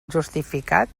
justificat